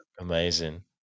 Amazing